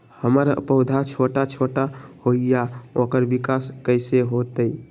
हमर पौधा छोटा छोटा होईया ओकर विकास कईसे होतई?